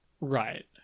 Right